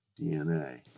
DNA